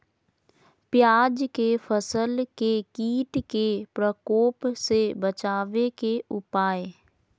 प्याज के फसल के कीट के प्रकोप से बचावे के उपाय?